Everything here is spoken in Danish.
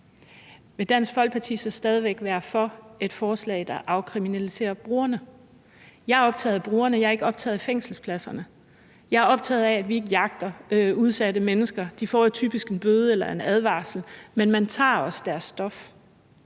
Vil Dansk Folkeparti så stadig væk være for et forslag, der afkriminaliserer brugerne? Jeg er optaget af brugerne, jeg er ikke optaget af fængselspladserne. Jeg er optaget af, at vi ikke jagter udsatte mennesker. De får typisk en bøde eller en advarsel, men man tager også deres stof,